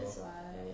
that's why